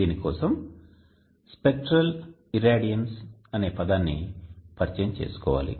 దీని కోసం spectral irradiance అనే పదాన్ని పరిచయం చేసుకోవాలి